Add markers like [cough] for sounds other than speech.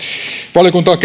valiokunta on [unintelligible]